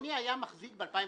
אדוני היה מחזיק ב-2016,